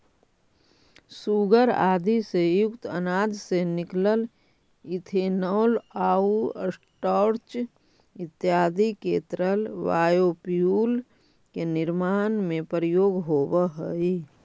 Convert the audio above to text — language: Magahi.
सूगर आदि से युक्त अनाज से निकलल इथेनॉल आउ स्टार्च इत्यादि के तरल बायोफ्यूल के निर्माण में प्रयोग होवऽ हई